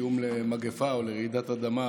איום של מגפה או של רעידת אדמה,